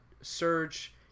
Surge